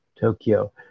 Tokyo